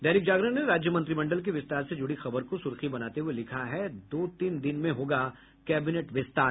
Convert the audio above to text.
दैनिक जागरण ने राज्य मंत्रिमंडल के विस्तार से जुड़ी खबर को सुर्खी बनाते हुए लिखा है दो तीन दिन में होगा कैबिनेट विस्तार